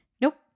nope